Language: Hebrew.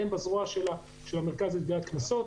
והן בזרוע של המרכז לגביית קנסות,